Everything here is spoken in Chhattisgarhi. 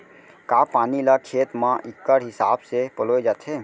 का पानी ला खेत म इक्कड़ हिसाब से पलोय जाथे?